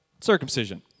Circumcision